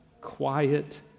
quiet